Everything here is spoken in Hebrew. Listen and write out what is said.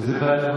איזו ועדה?